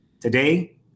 Today